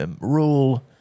rule